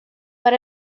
but